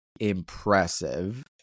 impressive